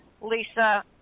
Lisa